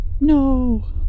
No